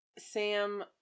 Sam